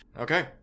Okay